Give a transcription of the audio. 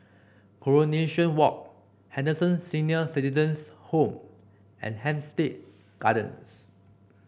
Coronation Walk Henderson Senior Citizens' Home and Hampstead Gardens